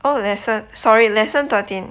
oh lesson sorry lesson thirteen